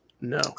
No